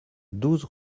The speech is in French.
douze